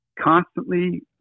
constantly